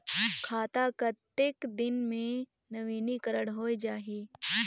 खाता कतेक दिन मे नवीनीकरण होए जाहि??